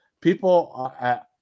people